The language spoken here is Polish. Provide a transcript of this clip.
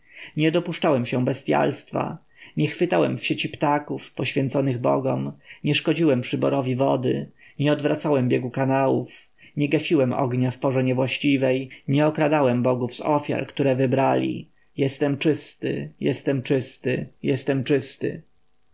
nie dopuszczałem się bestjalstwa nie chwytałem w sieci ptaków poświęconych bogom nie szkodziłem przyborowi wody nie odwracałem biegu kanałów nie gasiłem ognia w porze niewłaściwej nie okradałem bogów z ofiar które wybrali jestem czysty jestem czysty jestem czysty